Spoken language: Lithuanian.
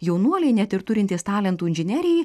jaunuoliai net ir turintys talentų inžinerijai